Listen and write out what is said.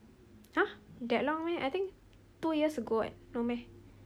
!huh! that long meh I think two years ago [what] no meh